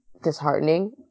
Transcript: Disheartening